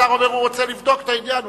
השר אומר הוא רוצה לבדוק את העניין.